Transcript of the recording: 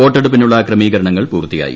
വോട്ടെടുപ്പിനുള്ള ക്രമീകര ണങ്ങൾ പൂർത്തിയായി